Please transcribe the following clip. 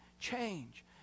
change